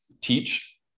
teach